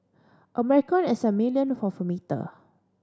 a micron is a millionth of a metre